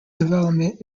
development